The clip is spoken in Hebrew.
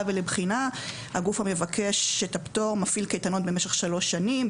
ולבחינה: הגוף המבקש את הפטור מפעיל קייטנות במשך שלוש שנים,